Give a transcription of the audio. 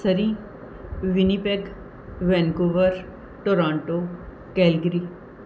Surrey Winnipeg Vancouver Toronto Calgary